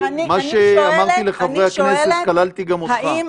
מה שאמרתי לחברי הכנסת כולל גם אותך.